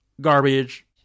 garbage